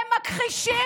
הם מכחישים.